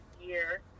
year